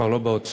שכבר לא באוצר,